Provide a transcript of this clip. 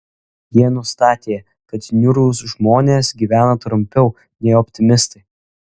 jie nustatė kad niūrūs žmonės gyvena trumpiau nei optimistai